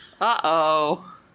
Uh-oh